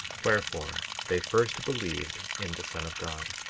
wherefore they first believed in the son of god.